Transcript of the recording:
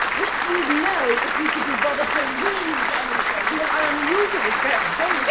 which you'd know if you could be bothered to read anything! well i'm usually kept very